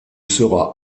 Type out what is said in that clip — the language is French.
seras